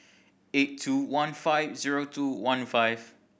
eight two one five zero two one five